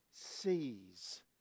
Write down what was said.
sees